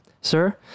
Sir